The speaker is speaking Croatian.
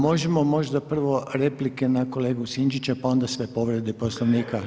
Možemo možda prvo replike na kolegu Sinčića, pa onda sve povrede Poslovnika?